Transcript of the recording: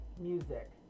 Music